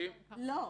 לא.